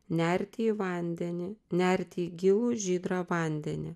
nerti į vandenį nerti į gilų žydrą vandenį